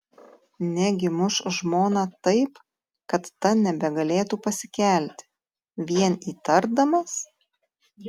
negi muš žmoną taip kad ta nebegalėtų pasikelti vien įtardamas